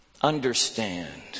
Understand